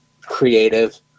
creative